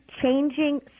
changing